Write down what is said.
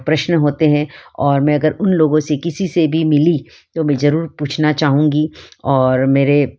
प्रश्न होते हैं और मैं अगर उन लोगों से किसी से भी मिली तो मैं जरूर पूछना चाहूँगी और मेरे